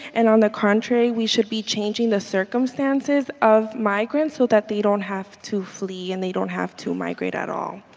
and on the contrary, we should be changing the circumstances of migrants so that they don't have to flee and they don't have to my great at all.